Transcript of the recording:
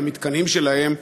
על המתקנים שלהם.